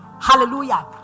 Hallelujah